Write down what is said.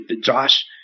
Josh